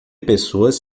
pessoas